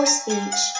speech